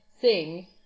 sing